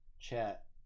chat